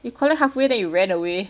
you collect halfway then you ran away